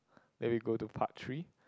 then we go to part three